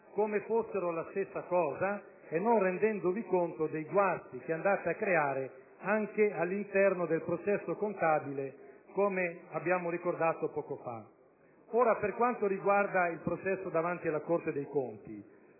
se fossero la stessa cosa e non rendendovi conto dei guasti che andate a creare anche all'interno del processo contabile, come abbiamo ricordato poco fa. Per quanto riguarda il processo davanti alla Corte dei conti,